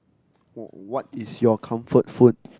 what is your comfort food